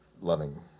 loving